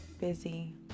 busy